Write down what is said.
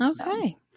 Okay